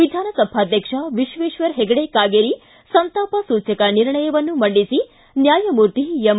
ವಿಧಾನಸಭಾಧ್ಯಕ್ಷ ವಿಶ್ವೇಶ್ವರ ಹೆಗಡೆ ಕಾಗೇರಿ ಸಂತಾಪ ಸೂಚನಾ ನಿರ್ಣಯವನ್ನು ಮಂಡಿಸಿ ನ್ಯಾಯಮೂರ್ತಿ ಎಂ